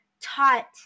taught